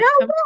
No